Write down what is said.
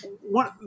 One